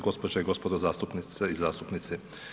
Gospođo i gospodo zastupnice i zastupnici.